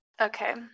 Okay